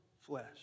flesh